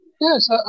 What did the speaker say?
Yes